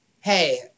hey